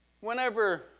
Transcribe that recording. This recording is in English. whenever